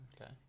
Okay